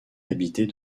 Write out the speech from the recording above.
habitée